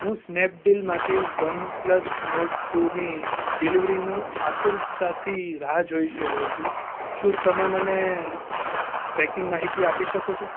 હું સ્નેપડીલમાંથી OnePlus Nord two ની ડિલિવરીની આતુરતાથી રાહ જોઈ રહ્યો છું શું તમે મને ટ્રેકિંગ માહિતી આપી શકો છો